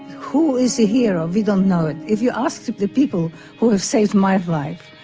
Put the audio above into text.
who is a hero? we don't know it. if you asked the people who have saved my life,